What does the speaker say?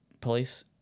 police